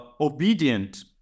obedient